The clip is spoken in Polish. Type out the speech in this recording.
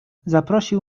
zaprosił